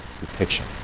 depiction